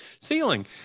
ceiling